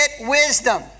wisdom